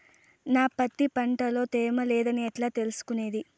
నా పత్తి పంట లో తేమ లేదని ఎట్లా తెలుసుకునేది?